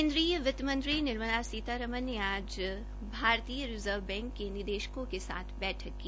केन्द्रीय वित्त मंत्री निर्मला सीतारमन ने आज भारतीय रिजर्व बैंके निदेशकों के साथ बैठक की